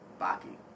Baki